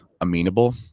amenable